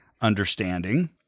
understanding